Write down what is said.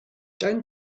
down